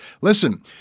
Listen